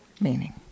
meaning